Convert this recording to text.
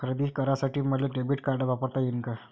खरेदी करासाठी मले डेबिट कार्ड वापरता येईन का?